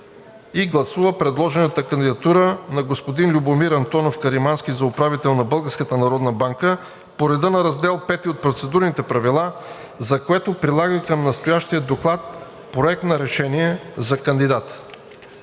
и гласува предложената кандидатура на Любомир Антонов Каримански за управител на Българската народна банка по реда на Раздел V от процедурните правила, за което прилага към настоящия доклад Проект на решение за кандидата.“